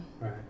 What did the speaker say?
right